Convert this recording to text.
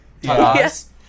yes